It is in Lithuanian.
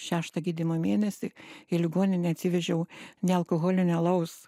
šeštą gydymo mėnesį į ligoninę atsivežiau nealkoholinio alaus